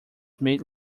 made